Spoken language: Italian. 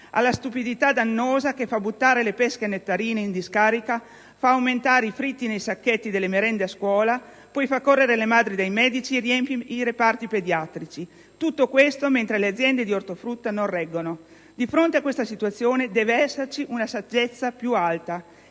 alla stupidità dannosa che fa buttare le pesche nettarine in discarica, fa aumentare i fritti nei sacchetti delle merende a scuola, poi fa correre le madri dai medici e riempie i reparti pediatrici. Tutto questo mentre le aziende di ortofrutta non reggono. Di fronte a questa situazione deve esserci una saggezza più alta